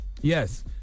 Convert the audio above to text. Yes